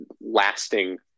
lasting